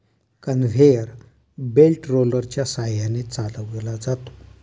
conveyor belt रोलरच्या सहाय्याने चालवला जातो